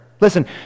Listen